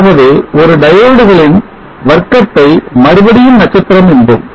ஆகவே ஒரு Diode களின் வர்க்கத்தை மறுபடியும் நட்சத்திரம் என்போம்